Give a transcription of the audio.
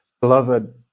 Beloved